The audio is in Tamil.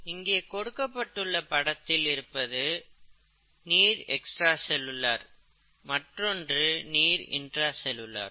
இங்கே கொடுக்கப்பட்டுள்ள படத்தில் இருப்பது நீர் எக்ஸ்ட்ராசெல்லுளர் மற்றொன்று நீர் இன்டிராசெல்லுளர்